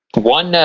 one.